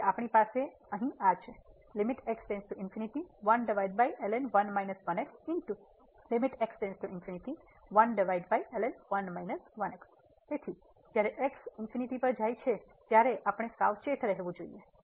તેથી આપણી પાસે આ અહીં છે તેથી જ્યારે x ∞ પર જાય છે ત્યારે આપણે સાવચેત રહેવું જોઈએ